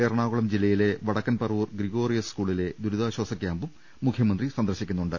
എറണാകുളം ജില്ലയിലെ വടക്കൻ പറവൂർ ഗ്രിഗോറിയസ് സ്കൂളിലെ ദുരിതാശ്വാസ ക്യാമ്പും മുഖ്യമന്ത്രി സന്ദർശി ക്കുന്നുണ്ട്